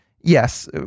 yes